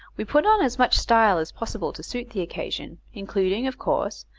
we put on as much style as possible to suit the occasion, including, of course,